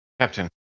Captain